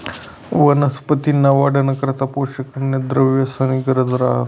वनस्पतींसना वाढना करता पोषक अन्नद्रव्येसनी गरज रहास